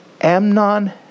Amnon